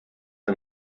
ein